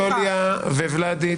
יוליה, ולדי,